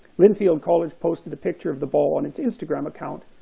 linfield college posted a picture of the ball on its instagram account,